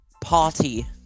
party